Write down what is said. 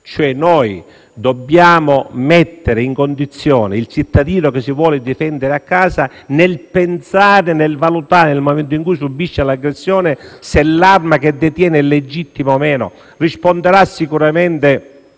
noi vogliamo mettere in condizione il cittadino che si vuole difendere a casa di dover valutare, nel momento in cui subisce l'aggressione, se l'arma che detiene è legittima o meno? Risponderà sicuramente